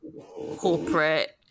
corporate